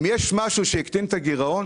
אם יש משהו שהקטין את הגירעון